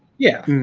yeah.